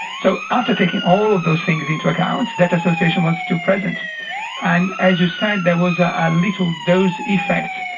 so after taking all of those things into account that association was still present and as you said there was a ah little dose effect,